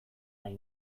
nahi